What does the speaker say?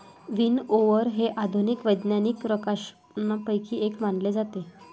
विनओवर हे आधुनिक वैज्ञानिक प्रकाशनांपैकी एक मानले जाते